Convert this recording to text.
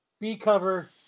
B-cover